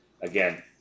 Again